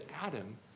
Adam